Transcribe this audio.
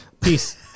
Peace